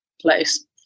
place